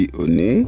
oni